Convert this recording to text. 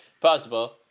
Possible